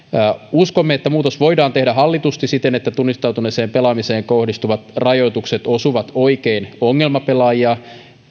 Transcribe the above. uskomme että muutos voidaan tehdä hallitusti siten että tunnistautuneeseen pelaamiseen kohdistuvat rajoitukset osuvat oikein ongelmapelaajia